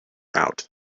out